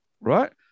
right